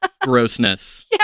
grossness